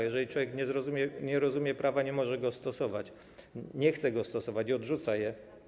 Jeżeli człowiek nie rozumie prawa, nie może go stosować, nie chce go stosować i odrzuca je.